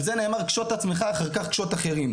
על זה נאמר, קושט עצמך, אחר כך קשוט אחרים.